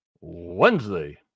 Wednesday